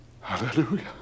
Hallelujah